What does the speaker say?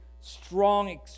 strong